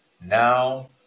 Now